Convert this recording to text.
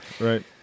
Right